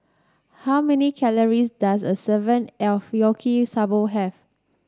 how many calories does a serving of Yaki Soba have